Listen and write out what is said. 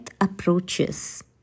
approaches